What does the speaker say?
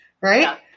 right